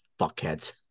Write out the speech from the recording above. Fuckheads